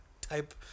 type